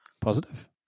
Positive